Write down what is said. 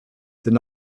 sind